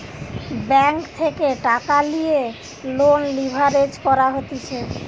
bank থেকে টাকা লিয়ে লোন লিভারেজ করা হতিছে